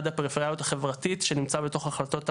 הפריפריאליות החברתית שנמצא בתוך החלטות הממשלה.